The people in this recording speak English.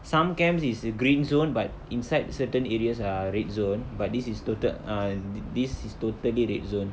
some camps is green zone but inside certain areas are red zone but this is total ah th~ this is totally red zone